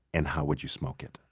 and how would you smoke it?